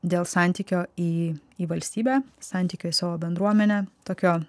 dėl santykio į į valstybę santykio į savo bendruomenę tokio